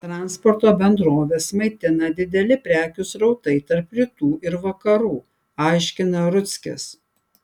transporto bendroves maitina dideli prekių srautai tarp rytų ir vakarų aiškina rudzkis